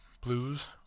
Blues